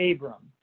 Abram